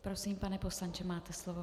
Prosím, pane poslanče, máte slovo.